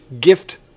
gift